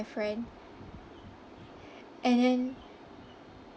friend and then